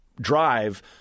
drive